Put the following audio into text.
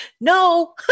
No